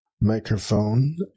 microphone